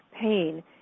pain